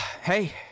hey